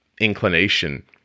inclination